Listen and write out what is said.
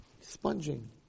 Sponging